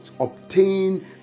obtain